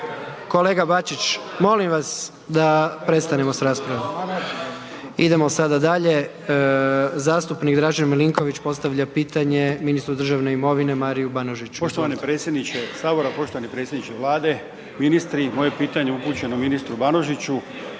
kolega Bačić molim vas da prestanemo s raspravom. **Jandroković, Gordan (HDZ)** Idemo sada dalje, zastupnik Dražen Milinković postavlja pitanje ministru državne imovine Mariu Banožiću.